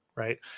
Right